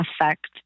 affect